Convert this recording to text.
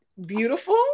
beautiful